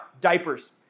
diapers